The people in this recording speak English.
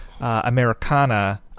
Americana